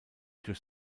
durch